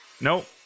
Nope